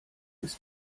ist